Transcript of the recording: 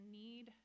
need